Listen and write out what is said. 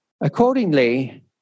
Accordingly